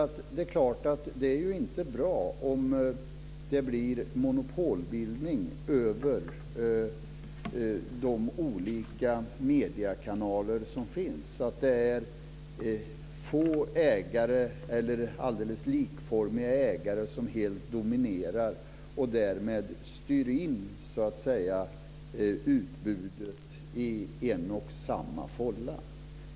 Det är klart att det inte är bra om de olika mediekanaler som finns utsätts för monopolbildning, så att det är få ägare eller alldeles likformiga ägare som helt dominerar och därmed styr in utbudet i en och samma fålla.